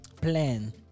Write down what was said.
plan